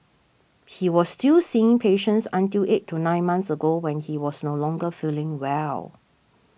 he was still seeing patients until eight to nine months ago when he was no longer feeling well